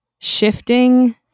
Shifting